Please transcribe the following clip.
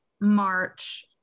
March